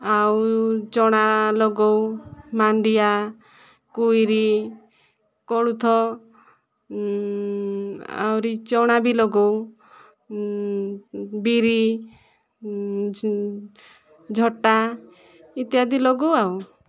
ଆଉ ଚଣା ଲଗାଉ ମାଣ୍ଡିଆ କୁଇରି କୋଳଥ ଆହୁରି ଚଣା ବି ଲଗାଉ ବିରି ଝଟା ଇତ୍ୟାଦି ଲଗାଉ ଆଉ